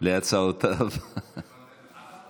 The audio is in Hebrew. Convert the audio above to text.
גם על הצעותיו של הדובר האחרון.